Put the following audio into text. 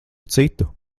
citu